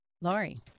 Lori